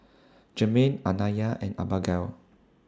Germaine Anaya and Abagail